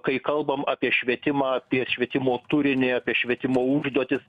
kai kalbam apie švietimą apie švietimo turinį apie švietimo užduotis